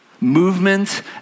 movement